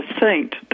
saint